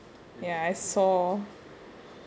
ya I saw